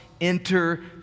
enter